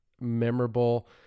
memorable